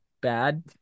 bad